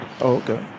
Okay